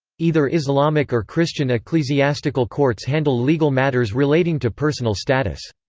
either islamic or christian ecclesiastical courts handle legal matters relating to personal status.